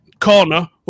corner